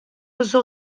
oso